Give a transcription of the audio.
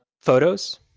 photos